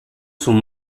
son